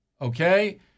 okay